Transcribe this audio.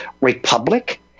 republic